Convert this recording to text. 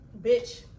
bitch